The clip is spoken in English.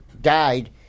died